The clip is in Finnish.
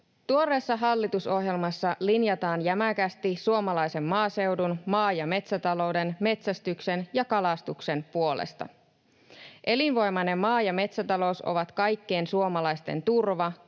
Tuoreessa hallitusohjelmassa linjataan jämäkästi suomalaisen maaseudun, maa- ja metsätalouden, metsästyksen ja kalastuksen puolesta. Elinvoimainen maa- ja metsätalous ovat kaikkien suomalaisten turva,